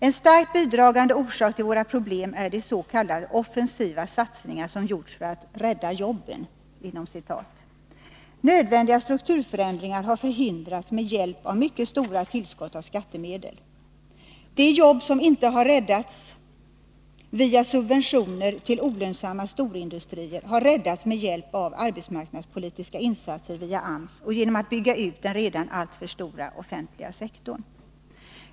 En starkt bidragande orsak till våra problem är de s.k. offensiva satsningar som gjorts för att ”rädda jobben”. Nödvändiga strukturförändringar har förhindrats med hjälp av mycket stora tillskott av skattemedel. De jobb som inte har ”räddats” med hjälp av subventioner till olönsamma storindustrier har ”räddats” med hjälp av arbetsmarknadspolitiska insatser via AMS och genom utbyggnad av den redan alltför stora offentliga sektorn.